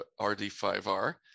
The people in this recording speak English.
RD5R